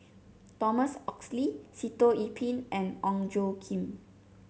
Thomas Oxley Sitoh Yih Pin and Ong Tjoe Kim